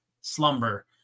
slumber